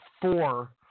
four